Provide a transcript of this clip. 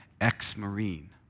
ex-Marine